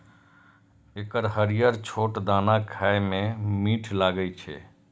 एकर हरियर छोट दाना खाए मे मीठ लागै छै